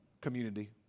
community